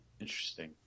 Interesting